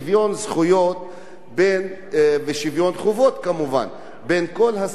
ושוויון חובות כמובן כמו לכל הסטודנטים שלומדים.